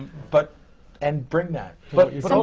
but and bring that. but you know